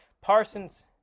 parsons